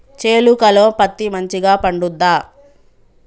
చేలుక లో పత్తి మంచిగా పండుద్దా?